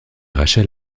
rachel